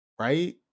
right